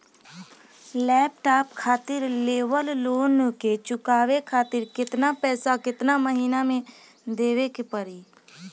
Laptop खातिर लेवल loan के चुकावे खातिर केतना पैसा केतना महिना मे देवे के पड़ी?